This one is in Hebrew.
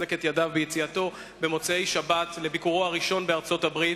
ולחזק את ידיו ביציאתו במוצאי שבת לביקורו הראשון בארצות-הברית.